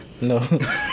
No